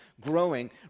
growing